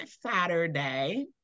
Saturday